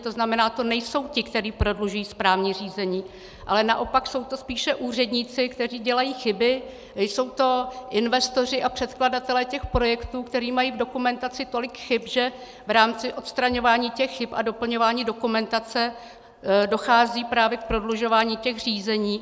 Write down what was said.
To znamená, že nejsou ti, kteří prodlužují správní řízení, ale naopak jsou to spíše úředníci, kteří dělají chyby, jsou to investoři a předkladatelé projektů, kteří mají v dokumentaci tolik chyb, že v rámci odstraňování chyb a doplňování dokumentace dochází právě k prodlužování řízení.